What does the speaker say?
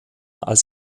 als